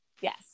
yes